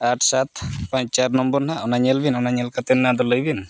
ᱟᱴ ᱥᱟᱛ ᱯᱟᱸᱪ ᱪᱟᱨ ᱱᱚᱢᱵᱚᱨ ᱦᱟᱸᱜ ᱚᱱᱟ ᱧᱮᱞ ᱵᱤᱱ ᱚᱱᱟ ᱠᱟᱛᱮᱫ ᱦᱟᱸᱜ ᱞᱟᱹᱭ ᱵᱤᱱ